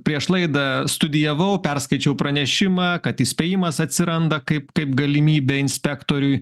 prieš laidą studijavau perskaičiau pranešimą kad įspėjimas atsiranda kaip kaip galimybė inspektoriui